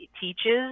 teaches